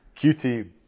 QT